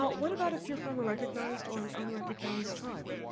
but what about if you're from a recognized or an unrecognized tribe?